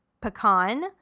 pecan